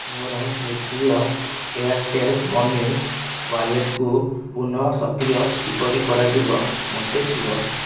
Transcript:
ମୋର ନିଷ୍କ୍ରିୟ Airtel money ୱାଲେଟ୍କୁ ପୁନଃସକ୍ରିୟ କିପରି କରାଯିବ ମୋତେ କୁହ